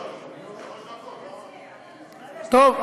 טוב,